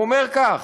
הוא אמר כך: